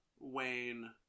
Wayne